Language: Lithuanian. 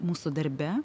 mūsų darbe